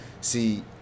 See